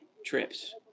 trips